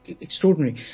Extraordinary